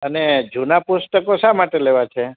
અને જૂના પુસ્તકો શા માટે લેવા છે